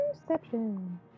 Perception